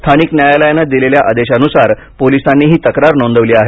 स्थानिक न्यायालयानं दिलेल्या आदेशानुसार पोलिसांनी ही तक्रार नोंदवली आहे